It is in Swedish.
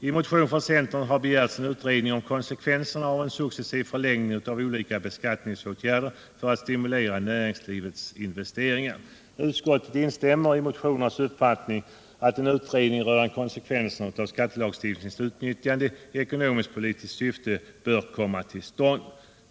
I motion från centern har begärts en utredning om konsekvenserna av en successiv förlängning av olika beskattningsåtgärder för att stimulera näringslivets investeringar. Utskottet instämmer i motionärernas uppfattning att en utredning rörande konsekvenserna av skattelagstiftningens utnyttjande i ekonomisk-politiskt syfte bör komma till stånd.